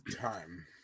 time